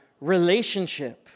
relationship